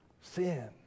Sin